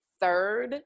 third